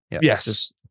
Yes